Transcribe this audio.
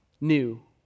new